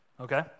Okay